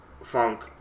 Funk